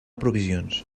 provisions